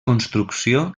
construcció